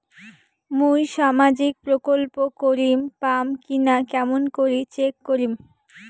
মুই সামাজিক প্রকল্প করির পাম কিনা কেমন করি চেক করিম?